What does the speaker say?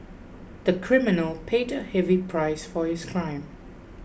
the criminal paid a heavy price for his crime